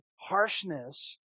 harshness